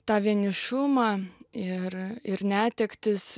tą vienišumą ir ir netektis